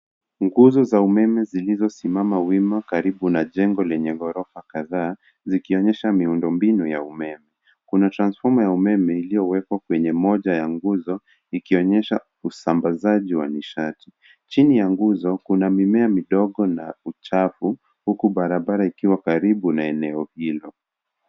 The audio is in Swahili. Nguzo za umeme zilizosimama wima karibu na jengo lenye gorofa kadhaa zikionyesha miundo mbinu ya umeme. Kuna transfoma ya umeme iliyowekwa kwenye moja ya nguzo, ikionyesha usambazaji wa nishati. Chini ya nguzo, kuna mimea midogo na uchafu huku barabara ikiwa karibu na eneo hilo.